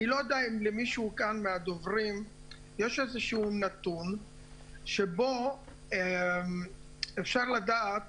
אני לא יודע אם למישהו כאן מהדוברים יש נתון שבו אפשר לדעת